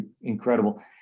incredible